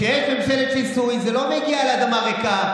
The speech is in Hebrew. כשיש ממשלת שיסוי זה לא מגיע על אדמה ריקה,